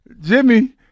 Jimmy